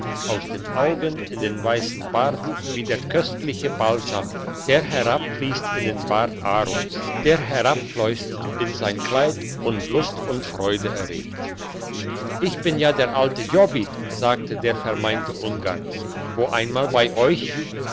aus den augen in den weissen bart wie der köstliche balsam der herabfliesst in den bart aarons der herabfleusst in sein kleid und lust und freude erregt ich bin ja der alte jobbi sagte der vermeinte ungar wo einmal bei euch